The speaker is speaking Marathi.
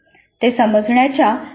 ते समजण्याच्या पातळीवरचे असू शकते